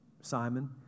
Simon